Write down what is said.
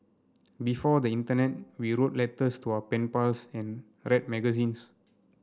before the internet we wrote letters to our pen pals and read magazines